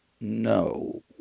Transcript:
No